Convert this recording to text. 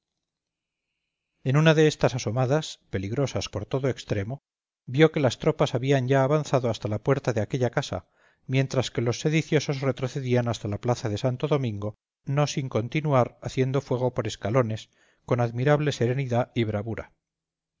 en una de estas asomadas peligrosas por todo extremo vio que las tropas habían ya avanzado hasta la puerta de aquella casa mientras que los sediciosos retrocedían hasta la plaza de santo domingo no sin continuar haciendo fuego por escalones con admirable serenidad y bravura